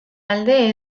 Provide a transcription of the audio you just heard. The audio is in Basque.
alde